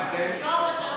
מה ההבדל?